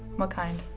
what kind.